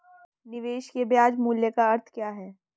निवेश के ब्याज मूल्य का अर्थ क्या है?